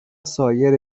سایر